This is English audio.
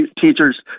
teachers